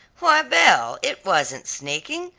why, belle, it wasn't sneaking.